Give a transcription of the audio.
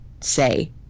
say